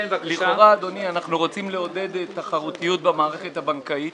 אנחנו רוצים לעודד תחרותיות במערכת הבנקאית,